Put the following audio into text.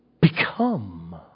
Become